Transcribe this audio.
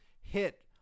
hit